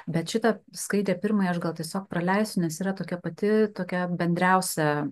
bet šitą skaidrę pirmąją aš gal tiesiog praleisiu nes yra tokia pati tokia bendriausia